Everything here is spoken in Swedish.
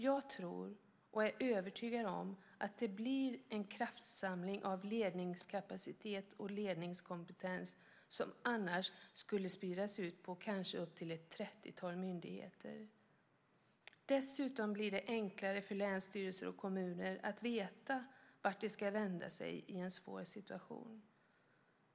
Jag tror och är övertygad om att det blir en kraftsamling av ledningskapacitet och ledningskompetens som annars skulle spridas ut på kanske upp till ett 30-tal myndigheter. Dessutom blir det enklare för länsstyrelser och kommuner att veta vart de ska vända sig i en svår situation.